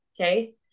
okay